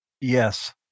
Yes